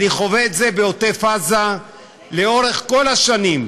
אני חווה את זה בעוטף עזה לאורך כל השנים.